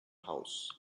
house